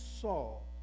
Saul